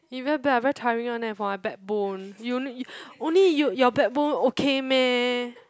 you very bad very tiring one eh for my backbone you only you your backbone okay meh